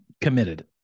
committed